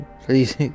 Please